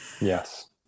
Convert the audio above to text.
yes